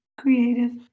creative